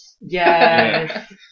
Yes